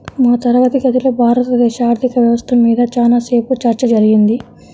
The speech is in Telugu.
మా తరగతి గదిలో భారతదేశ ఆర్ధిక వ్యవస్థ మీద చానా సేపు చర్చ జరిగింది